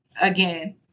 again